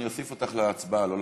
אני אוסיף אותך להצבעה, לא לפרוטוקול.